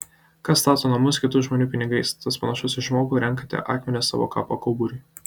kas stato namus kitų žmonių pinigais tas panašus į žmogų renkantį akmenis savo kapo kauburiui